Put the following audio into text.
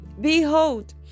Behold